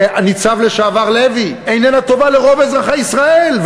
ניצב לשעבר לוי, איננה טובה לרוב אזרחי ישראל.